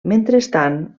mentrestant